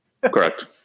Correct